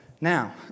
Now